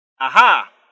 Aha